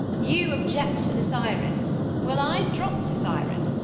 you object to the siren well, i drop the siren.